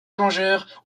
plongeurs